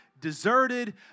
deserted